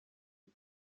die